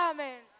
Amen